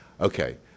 Okay